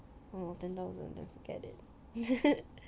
oh ten thousand then forget it